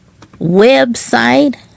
website